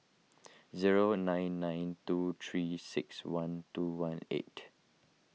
zero nine nine two three six one two one eight